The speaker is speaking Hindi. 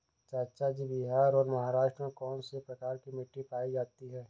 चाचा जी बिहार और महाराष्ट्र में कौन सी प्रकार की मिट्टी पाई जाती है?